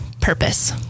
purpose